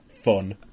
fun